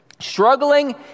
struggling